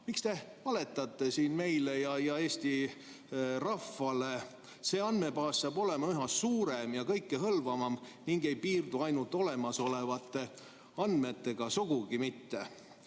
Miks te valetate siin meile ja Eesti rahvale? See andmebaas saab olema üha suurem ja kõikehõlmavam ning ei piirdu ainult olemasolevate andmetega, sugugi mitte.